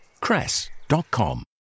Cress.com